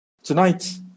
Tonight